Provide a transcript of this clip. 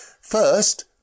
First